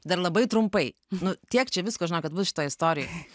dar labai trumpai nu tiek čia visko žinokit bus šitoj istorijoj